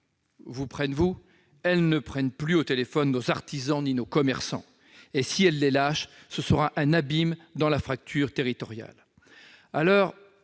vous répondent encore, elles ne prennent plus au téléphone nos artisans ni nos commerçants. Et si elles les lâchent, ce sera un abîme dans la fracture territoriale.